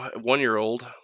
one-year-old